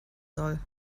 soll